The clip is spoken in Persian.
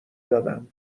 دادم